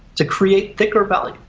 to create thicker value.